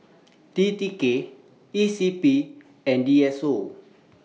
T T K E C P and D S O